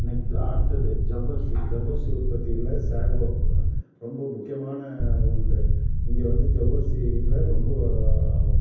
நெக்ஸ் அடுத்தது ஜவ்வரிசி ஜவ்வரிசி உற்பத்தியில் சேகோ ரொம்ப முக்கியமான ஒன்று இங்கே வந்து ஜவ்வரிசியில ரொம்ப